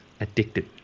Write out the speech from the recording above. addicted